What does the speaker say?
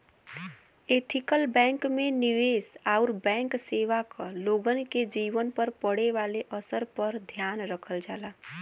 ethical bank में निवेश आउर बैंक सेवा क लोगन के जीवन पर पड़े वाले असर पर ध्यान रखल जाला